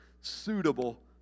suitable